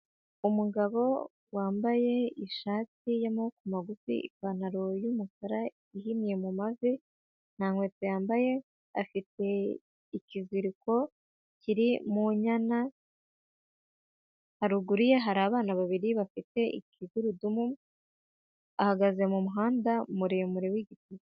Umugabo wambaye ishati y'amaboko magufi, ipantaro y'umukara yihinnye mu mavi, nta nkweto yambaye, afite ikiziriko kiri mu nyana, haruguru ye hari abana babiri bafite ikigurudumu bahagaze mu muhanda muremure wigitaka.